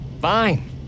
Fine